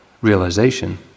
realization